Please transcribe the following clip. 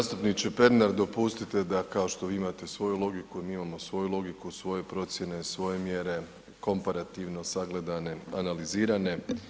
Zastupniče Pernar dopustite da kao što vi imate svoju logiku i mi imamo svoju logiku, svoje procjene, svoje mjere, komparativno sagledane, analizirane.